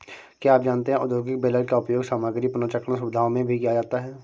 क्या आप जानते है औद्योगिक बेलर का उपयोग सामग्री पुनर्चक्रण सुविधाओं में भी किया जाता है?